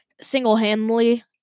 single-handedly